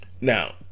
Now